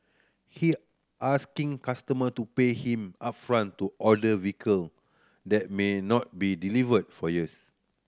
he asking customer to pay him upfront to order vehicle that may not be delivered for years